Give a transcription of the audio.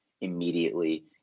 immediately